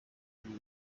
yibye